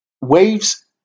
waves